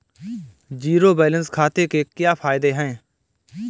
Zero balance खाते के क्या फायदे हैं?